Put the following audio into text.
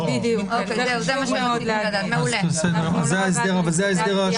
כלומר מבחינת שיהוי